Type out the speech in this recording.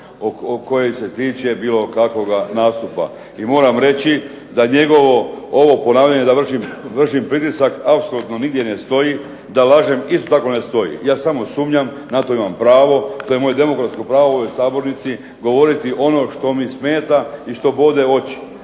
kojeg se tiče bilo kakvoga nastupa. I moram reći da njegovo ovo ponavljanje da vršim pritisak apsolutno nigdje ne stoji, da lažem isto tako ne stoji. Ja samo sumnjam. Na to imam pravo, to je moje demokratsko pravo u ovoj sabornici govoriti ono što mi smeta i što bode oči.